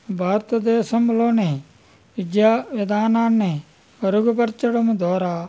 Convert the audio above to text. భారతదేశంలోని విద్యా విధానాన్ని మెరుగుపరచడం ద్వారా